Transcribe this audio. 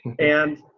and,